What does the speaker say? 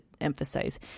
emphasize